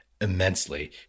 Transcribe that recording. immensely